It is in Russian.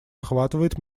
охватывает